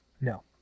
no